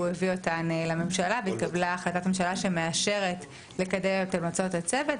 הוא הביא אותן לממשלה והתקבלה החלטת ממשלה שמאשרת לקדם את המלצות הצוות,